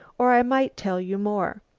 or i might tell you more.